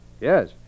Yes